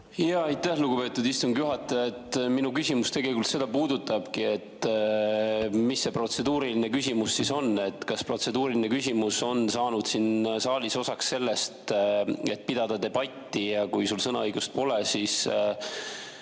Aitäh, lugupeetud istungi juhataja! Minu küsimus tegelikult seda puudutabki, et mis see protseduuriline küsimus on. Kas protseduuriline küsimus on saanud siin saalis osaks sellest, et pidada debatti? Et kui sul sõnaõigust pole, siis